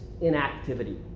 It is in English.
inactivity